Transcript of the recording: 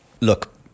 Look